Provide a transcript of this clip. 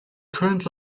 current